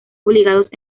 obligados